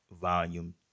Volume